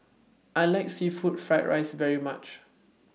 I like Seafood Fried Rice very much